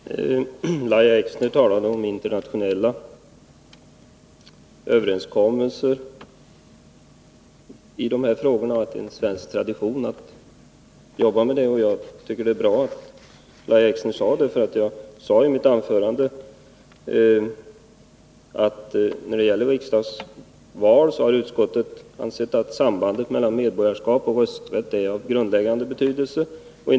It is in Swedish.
Herr talman! Lahja Exner talade om internationella överenskommelser i de här frågorna och sade att det är socialdemokratisk tradition att jobba på det sättet. Jag tycker att det är bra att hon nämnde det, för jag sade i mitt anförande att när det gäller riksdagsval har utskottet ansett att sambandet mellan medborgarskap och rösträtt i riksdagsval är av grundläggande frågor betydelse.